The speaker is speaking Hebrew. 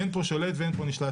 אין פה שולט ואין פה נשלט.